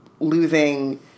losing